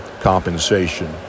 compensation